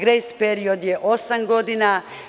Grejs period je 8 godina.